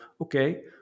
okay